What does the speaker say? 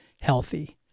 healthy